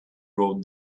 wrote